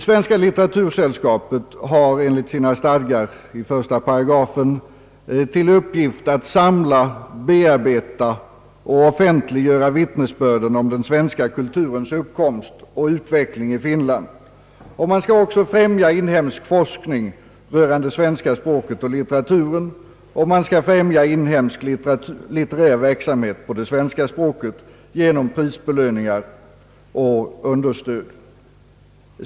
Svenska litteratursällskapet har enligt sina stadgars § 1 till uppgift att samla, bearbeta och offentliggöra vwvittnesbörden om den svenska kulturens uppkomst och utveckling i Finland, att främja inhemsk forskning rörande svenska språket och litteraturen samt att främja inhemsk litterär verksamhet på svenska språket genom prisbelöningar och understöd.